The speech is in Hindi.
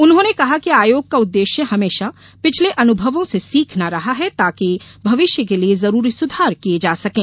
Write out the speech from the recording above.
उन्होंने कहा कि आयोग का उद्देश्य हमेशा पिछले अनुभवों से सीखना रहा है ताकि भविष्य के लिए जरूरी सुधार किये जा सकें